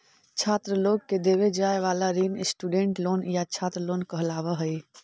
छात्र लोग के देवे जाए वाला ऋण स्टूडेंट लोन या छात्र लोन कहलावऽ हई